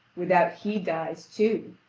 without he dies too.